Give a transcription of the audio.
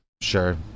Sure